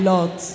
Lord